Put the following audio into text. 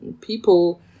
people